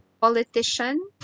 politician